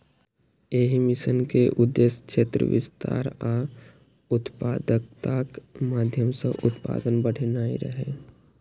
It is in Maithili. एहि मिशन के उद्देश्य क्षेत्र विस्तार आ उत्पादकताक माध्यम सं उत्पादन बढ़ेनाय रहै